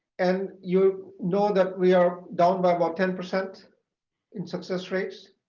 and you know that we are down by about ten percent in success rates,